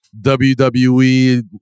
WWE